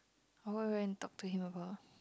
for what went and talk to him about